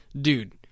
dude